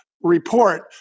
report